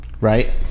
Right